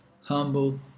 humble